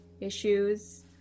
issues